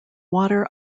water